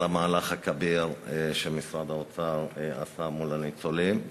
על המהלך הכביר שמשרד האוצר עשה מול הניצולים.